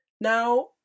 Now